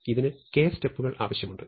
ഇതിന് k സ്റ്റെപ്പുകൾ ആവശ്യമുണ്ട്